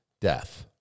Death